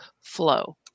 flow